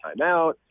timeout